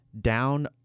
down